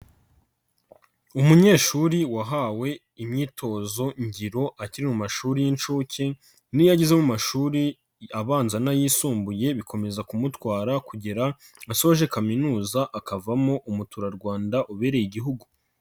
Umunyeshuri wahawe imyitozo ngiro akiri mu mashuri y'inshuke n'iyo ageze mu mashuri abanza n'ayisumbuye, bikomeza kumutwara kugera asoje kaminuza akavamo umuturarwanda ubereye igihugu.